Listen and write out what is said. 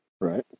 Right